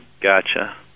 Gotcha